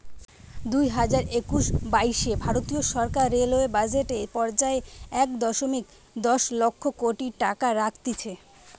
দুইহাজার একুশ বাইশে ভারতীয় সরকার রেলওয়ে বাজেট এ পর্যায়ে এক দশমিক দশ লক্ষ কোটি টাকা রাখতিছে